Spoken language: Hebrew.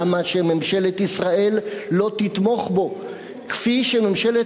למה שממשלת ישראל לא תתמוך בו כפי שממשלת